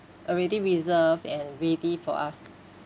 already reserved and ready for us